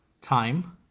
time